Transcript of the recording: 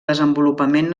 desenvolupament